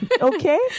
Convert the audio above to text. okay